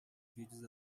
vídeos